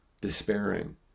despairing